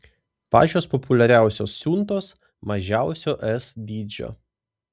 pačios populiariausios siuntos mažiausio s dydžio